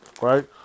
right